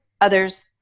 others